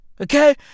okay